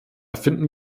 finden